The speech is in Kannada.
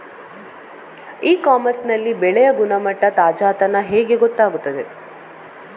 ಇ ಕಾಮರ್ಸ್ ನಲ್ಲಿ ಬೆಳೆಯ ಗುಣಮಟ್ಟ, ತಾಜಾತನ ಹೇಗೆ ಗೊತ್ತಾಗುತ್ತದೆ?